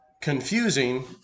confusing